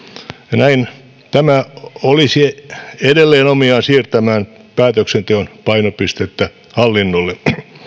ja näin tämä olisi edelleen omiaan siirtämään päätöksenteon painopistettä hallinnolle